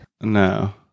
no